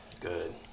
Good